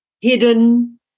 hidden